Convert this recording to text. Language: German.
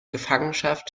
gefangenschaft